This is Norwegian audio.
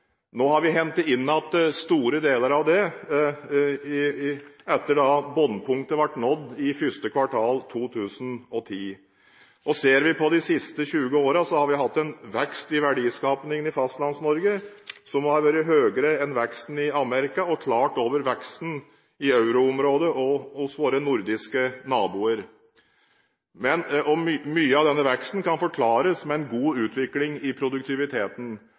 Nå har vi hentet inn igjen store deler av dette, etter at bunnpunktet ble nådd i første kvartal 2010. Ser vi på de siste 20 årene, har vi hatt en vekst i verdiskapingen på Fastlands-Norge som har vært høyere enn veksten i Amerika, og klart over veksten i euroområdet og hos våre nordiske naboer. Mye av denne veksten kan forklares med en god utvikling i produktiviteten.